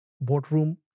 boardroom